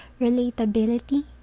relatability